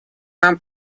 нам